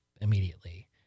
immediately